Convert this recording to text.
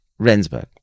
Rendsburg